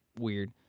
weird